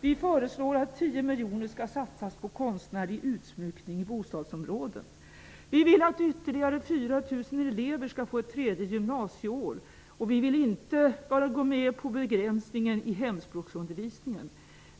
Vi föreslår att 10 miljoner kronor satsas på konstnärlig utsmyckning i bostadsområden. Vi vill att ytterligare 4 000 elever skall få ett tredje gymnasieår. Vi vill inte bara gå med på begränsningar i hemspråksundervisningen.